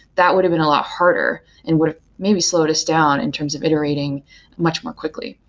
that would have been a lot harder and would maybe slowed us down in terms of iterating much more quickly.